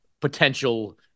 potential